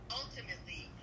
ultimately